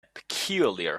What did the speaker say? peculiar